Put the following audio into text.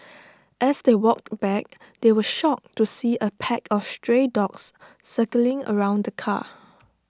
as they walked back they were shocked to see A pack of stray dogs circling around the car